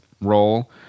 role